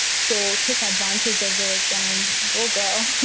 so take advantage of it, and go, girl.